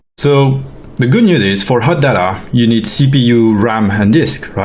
so the good news is for hot data you need cpu, ram, and disk.